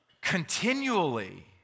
continually